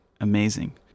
Amazing